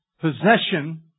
possession